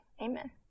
Amen